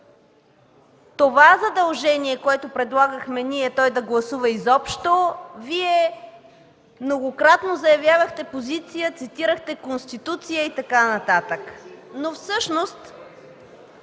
това задължение, което предлагахме ние, той да гласува изобщо, Вие многократно заявявахте позиция, цитирахте Конституцията и така нататък. Вероятно